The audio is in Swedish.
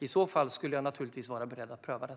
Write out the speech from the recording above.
I så fall skulle jag naturligtvis vara beredd att pröva det.